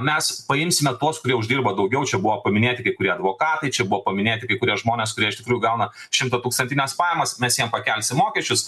mes paimsime tuos kurie uždirba daugiau čia buvo paminėti kai kurie advokatai čia buvo paminėti kai kurie žmonės kurie iš tikrųjų gauna šimtatūkstantines pajamas mes jiem pakelsim mokesčius